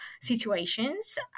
situations